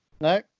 No